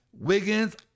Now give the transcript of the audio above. Wiggins